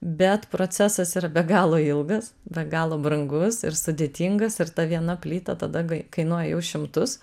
bet procesas yra be galo ilgas be galo brangus ir sudėtingas ir ta viena plyta tada kainuoja jau šimtus